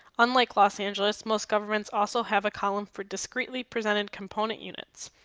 unlike los angeles, most governments also have a column for discretely presented component units.